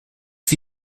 für